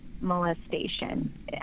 molestation